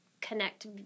connect